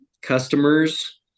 customers